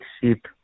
sheep